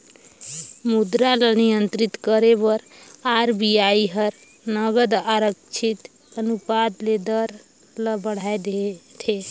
मुद्रा ल नियंत्रित करे बर आर.बी.आई हर नगद आरक्छित अनुपात ले दर ल बढ़ाए देथे